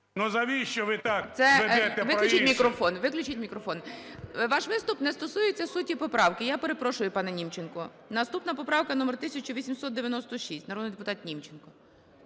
виключіть мікрофон. Ваш виступ не стосується суті поправки. Я перепрошую, пане Німченко. Наступна поправка номер 1896. Народний депутат Німченко.